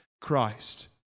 Christ